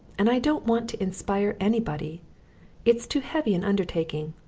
and i don't want to inspire anybody it's too heavy an undertaking.